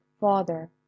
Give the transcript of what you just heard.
father